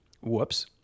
Whoops